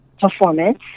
performance